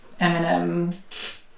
Eminem